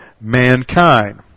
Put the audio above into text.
mankind